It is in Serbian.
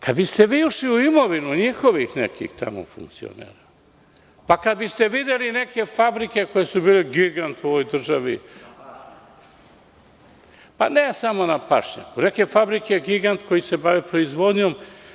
Kada biste vi ušli u imovinu njihovih nekih tamo funkcionera, pa kada biste videli neke fabrike koje su bile giganti u ovoj državi, pa ne samo na pašnjaku, neke fabrike gigant, koje se bave proizvodnjom.